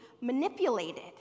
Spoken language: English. manipulated